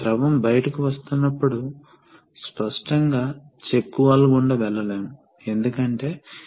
కాబట్టి pilot pressure సిద్ధాంతపరంగా ఏ స్థాయికైనా వెళ్ళగలదు అది చాలా ఎక్కువ స్థాయికి వెళ్ళవచ్చు